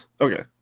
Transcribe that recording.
okay